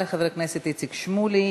תודה רבה לחבר הכנסת איציק שמולי.